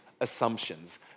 assumptions